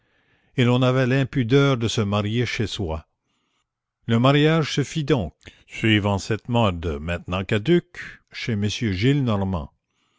et l'on avait l'impudeur de se marier chez soi le mariage se fit donc suivant cette mode maintenant caduque chez